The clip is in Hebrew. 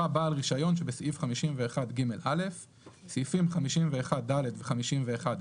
באותו אזור חלה חובה לספק שירות.